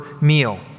meal